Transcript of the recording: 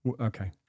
Okay